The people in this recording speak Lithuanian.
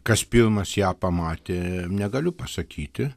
kas pirmas ją pamatė negaliu pasakyti